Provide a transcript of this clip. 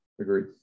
Agreed